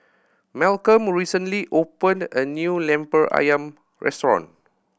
Malcolm recently opened a new Lemper Ayam restaurant